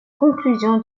conclusion